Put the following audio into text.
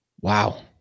Wow